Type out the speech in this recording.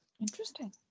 Interesting